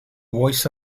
voice